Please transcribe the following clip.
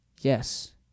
Yes